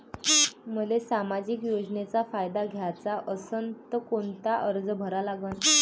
मले सामाजिक योजनेचा फायदा घ्याचा असन त कोनता अर्ज करा लागन?